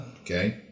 Okay